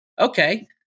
Okay